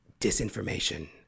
disinformation